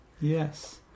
yes